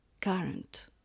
current